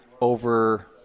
over